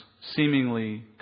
seemingly